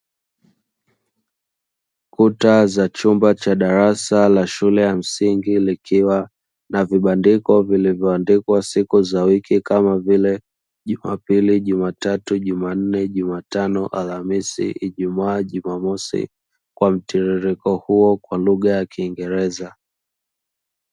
Kuta za chumba cha darasa la shule ya msingi likiwa na vibandiko vilivyoandikwa siku za wiki, kama vile: jumapili, jumatatu, jumanne, ,jumatano, alhamisi, ijumaa, jumamosi, kwa mtiririko huo kwa lugha ya kiingereza.